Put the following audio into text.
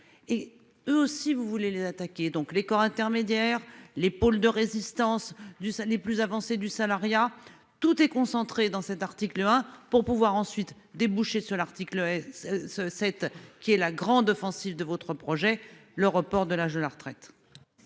et eux aussi, vous voulez les attaquer donc les corps intermédiaires, les pôles de résistance du ça n'est plus avancée du salariat. Tout est concentré dans cet article hein pour pouvoir ensuite déboucher sur l'article. Ce cette qui est la grande offensive de votre projet. Le report de l'âge de la retraite.